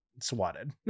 swatted